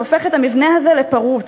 שהופך את המבנה הזה לפרוץ,